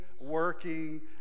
working